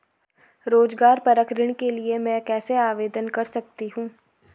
रोज़गार परक ऋण के लिए मैं कैसे आवेदन कर सकतीं हूँ?